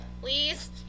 please